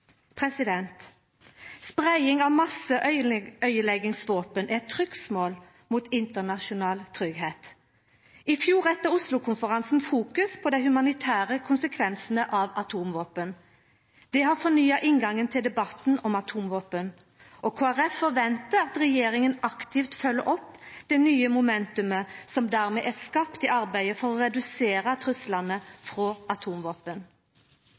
Spreiing av masseøydeleggingsvåpen er trugsmål mot internasjonal tryggleik. I fjor fokuserte Oslo-konferansen på dei humanitære konsekvensane av atomvåpen. Det har fornya inngangen til debatten om atomvåpen. Kristeleg Folkeparti forventar at regjeringa aktivt følgjer opp det nye «momentumet» som dermed er skapt i arbeidet for å redusera truslane frå atomvåpen.